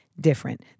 different